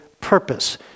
purpose